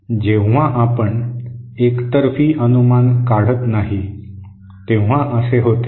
जेव्हा आपण एकतर्फी अनुमान काढत नाही तेव्हा असे होते